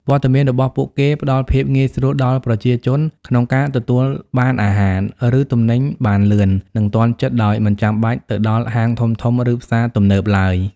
វត្តមានរបស់ពួកគេផ្តល់ភាពងាយស្រួលដល់ប្រជាជនក្នុងការទទួលបានអាហារ ឬទំនិញបានលឿន និងទាន់ចិត្ត ដោយមិនចាំបាច់ទៅដល់ហាងធំៗ ឬផ្សារទំនើបឡើយ ។